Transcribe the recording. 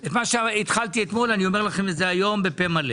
את מה שהתחלתי אתמול אני אומר לכם היום בפה מלא.